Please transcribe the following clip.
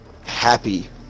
happy